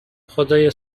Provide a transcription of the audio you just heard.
خدایا